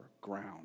ground